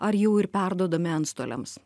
ar jų ir perduodami antstoliams